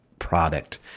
product